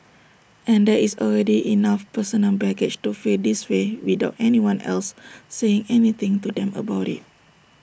and there is already enough personal baggage to feel this way without anyone else saying anything to them about IT